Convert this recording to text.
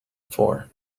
for